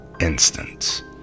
instant